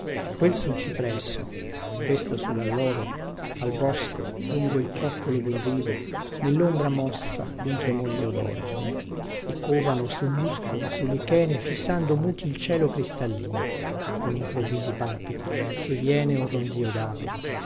quel sul cipresso questo su lalloro al bosco lungo il chioccolo dun rivo nellombra mossa dun tremolìo doro e covano sul musco e sul lichene fissando muti il cielo cristallino con improvvisi palpiti se viene un ronzio dape